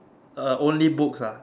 uh only books ah